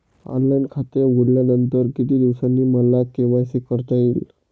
Online खाते उघडल्यानंतर किती दिवसांनी मला के.वाय.सी करता येईल?